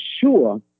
sure